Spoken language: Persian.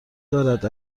دارد